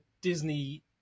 Disney